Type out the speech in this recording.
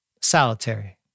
Solitary